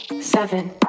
seven